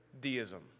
deism